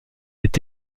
est